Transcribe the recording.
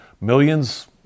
millions